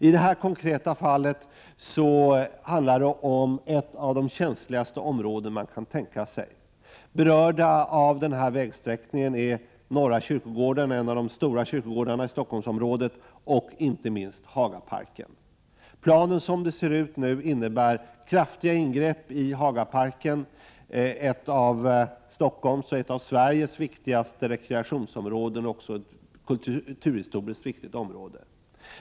I det här konkreta fallet är det fråga om ett av de känsligaste områdena man kan tänka sig. Berörda av den här vägsträckningen är Norra kyrkogården — en av de stora kyrkogårdarna i Stockholmsområdet — och inte minst Hagaparken. 33 Som planen nu ser ut innebär den kraftiga ingrepp i Hagaparken — ett av Stockholms och Sveriges viktigaste rekreationsområden och också ett kulturhistoriskt viktigt område.